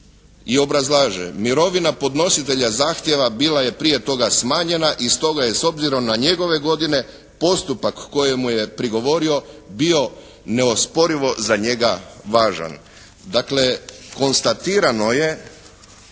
i obrazlaže. Mirovina podnositelja zahtjeva bila je prije toga smanjena i stoga je s obzirom na njegove godine postupak koje mu je prigovorio bio neosporivo za njega važan.